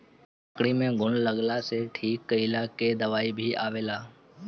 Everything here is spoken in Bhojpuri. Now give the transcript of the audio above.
लकड़ी में घुन लगला के ठीक कइला के दवाई भी आवेला